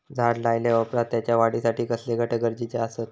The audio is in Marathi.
झाड लायल्या ओप्रात त्याच्या वाढीसाठी कसले घटक गरजेचे असत?